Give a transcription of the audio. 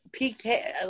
PK